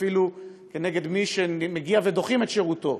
ואפילו כנגד מי שמגיע ודוחים את שירותו,